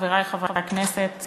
חברי חברי הכנסת